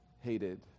hated